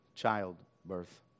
childbirth